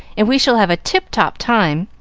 and we shall have a tip-top time.